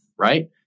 right